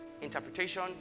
interpretation